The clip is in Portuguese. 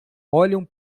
olham